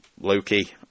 Loki